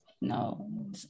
No